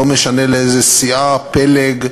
לא משנה לאיזו סיעה, פלג,